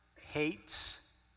hates